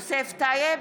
יוסף טייב,